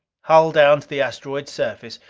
hull down to the asteroid's surface,